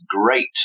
great